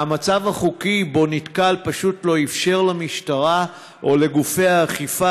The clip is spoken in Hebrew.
והמצב החוקי שבו נתקל פשוט לא אפשר למשטרה או לגופי האכיפה